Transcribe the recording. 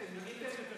את מה שיש לי להגיד?